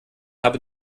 habe